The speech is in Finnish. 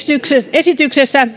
esityksessä